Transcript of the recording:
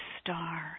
star